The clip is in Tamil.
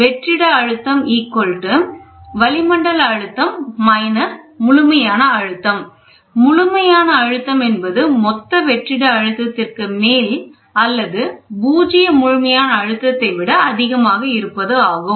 வெற்றிட அழுத்தம் வளிமண்டல அழுத்தம் முழுமையான அழுத்தம் முழுமையான அழுத்தம் என்பது மொத்த வெற்றிட அழுத்தத்திற்கு மேல் அல்லது பூஜ்ஜிய முழுமையான அழுத்தத்தை விட அதிகமாக இருப்பது ஆகும்